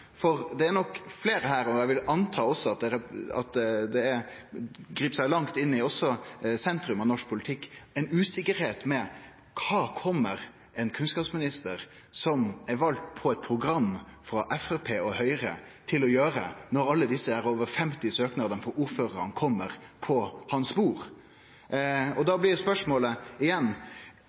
for det er nok fleire her – og eg vil anta at det òg grip langt inn i sentrum av norsk politikk – som opplev ei usikkerheit knytt til kva ein kunnskapsminister som er vald på eit program frå Framstegspartiet og Høgre, kjem til å gjere når alle desse søknadene, over 50 søknader, frå ordførarar kjem på hans bord. Da blir spørsmålet igjen: